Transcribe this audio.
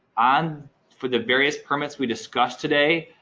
on for the various permits we discussed today.